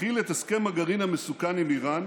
מכיל את הסכם הגרעין המסוכן עם איראן,